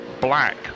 black